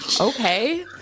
okay